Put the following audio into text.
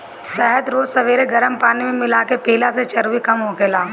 शहद रोज सबेरे गरम पानी में मिला के पियला से चर्बी कम होखेला